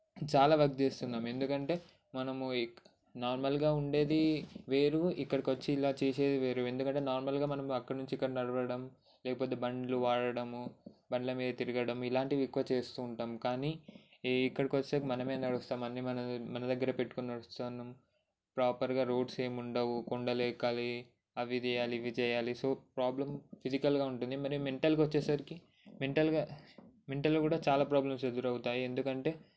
చాలా వర్క్ చేస్తున్నాం ఎందుకంటే మనము నార్మల్గా ఉండేది వేరు ఇక్కడికి వచ్చి ఇలా చేసేది వేరు ఎందుకంటే నార్మల్గా మనం అక్కడ నుంచి ఇక్కడ నడవడం లేకపోతే బండ్లు వాడడము బండ్లు మెడ తిరగడము ఇలాంటివి ఎక్కువ చేస్తుంటాం కానీ ఇక్కడికి వచ్చాక మనమే నడుస్తామని మన మన దగ్గరే పెట్టుకొని నడుస్తాం ప్రాపర్గా రోడ్స్ ఏమీ ఉండవు కొండలు ఎక్కాలి అవి తీయాలి ఇవి చేయాలి సో ప్రాబ్లం ఫిజికల్గా ఉంటుంది మరి మెంటల్గా వచ్చేసరికి మెంటల్గా మెంటల్గా కూడా చాలా ప్రాబ్లమ్స్ ఎదురవుతాయి ఎందుకంటే